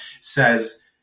says